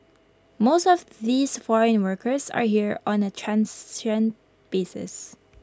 most of these foreign workers are here on A transient basis